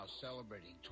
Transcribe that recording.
celebrating